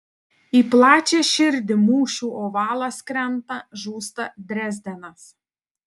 į plačią širdį mūšių ovalas krenta žūsta drezdenas